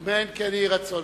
אמן, כן יהי רצון.